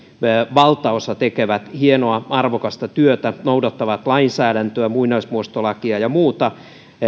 valtaosa tekevät hienoa arvokasta työtä ja noudattavat lainsäädäntöä muinaismuistolakia ja muuta